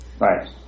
Right